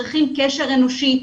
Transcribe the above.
צריכים קשר אנושי,